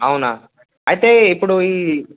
అవునా అయితే ఇప్పుడు ఈ